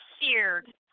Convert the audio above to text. seared